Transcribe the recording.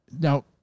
now